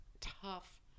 tough